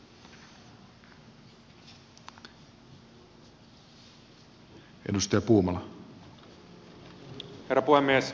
herra puhemies